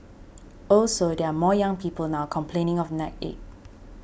also there are more young people now complaining of neck ache